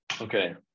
Okay